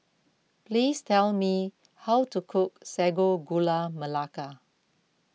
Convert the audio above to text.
please tell me how to cook Sago Gula Melaka